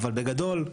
בגדול,